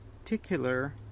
particular